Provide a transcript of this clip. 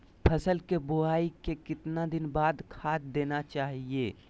फसल के बोआई के कितना दिन बाद खाद देना चाइए?